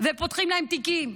ופותחים להם תיקים.